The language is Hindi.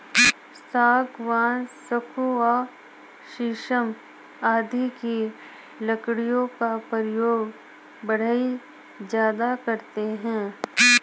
सागवान, सखुआ शीशम आदि की लकड़ियों का प्रयोग बढ़ई ज्यादा करते हैं